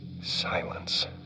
Silence